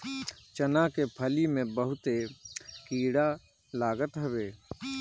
चना के फली में बहुते कीड़ा लागत हवे